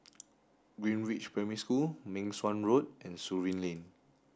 Greenridge Primary School Meng Suan Road and Surin Lane